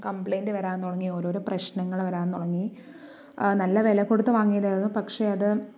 complaint വരാൻ തുടങ്ങി ഓരോരോ പ്രശ്നങ്ങൾ വരാൻ തുടങ്ങി നല്ല വിലകൊടുത്ത് വാങ്ങിയതായിരുന്നു പക്ഷെ അത്